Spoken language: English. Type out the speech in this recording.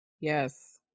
Yes